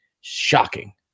shocking